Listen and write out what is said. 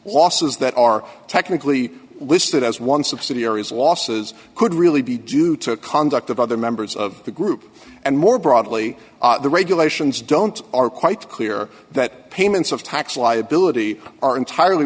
losses that are technically listed as one subsidiaries losses could really be due to conduct of other members of the group and more broadly the regulations don't are quite clear that payments of tax liability are entirely